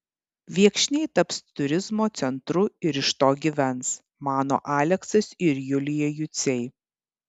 viekšniai taps turizmo centru ir iš to gyvens mano aleksas ir julija juciai